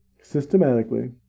Systematically